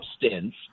substance